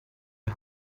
you